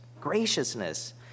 graciousness